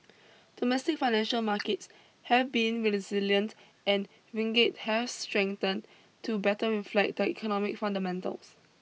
domestic financial markets have been resilient and ringgit has strengthened to better reflect the economic fundamentals